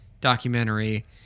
documentary